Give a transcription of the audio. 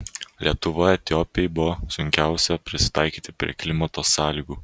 lietuvoje etiopei buvo sunkiausia prisitaikyti prie klimato sąlygų